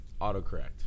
Autocorrect